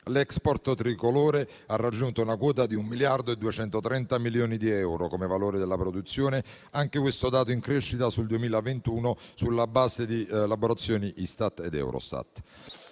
L'*export* tricolore ha raggiunto una quota di 1,23 milioni di euro come valore della produzione, anche questo dato in crescita sul 2021, sulla base di elaborazioni Istat ed Eurostat.